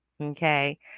Okay